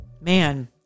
Man